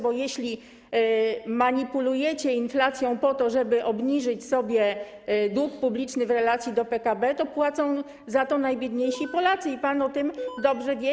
Bo jeśli manipulujecie inflacją po to, żeby obniżyć sobie dług publiczny w relacji do PKB, to płacą za to najbiedniejsi Polacy, o czym pan dobrze wie.